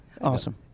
Awesome